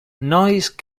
noise